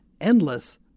endless